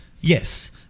Yes